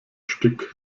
stück